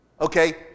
okay